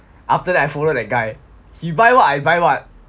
after that I follow that guy he buy what I buy what